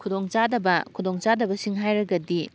ꯈꯨꯗꯣꯡꯆꯥꯗꯕ ꯈꯨꯗꯣꯡꯆꯥꯗꯕꯁꯤꯡ ꯍꯥꯏꯔꯒꯗꯤ